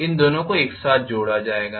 इन दोनों को एक साथ जोड़ा जाएगा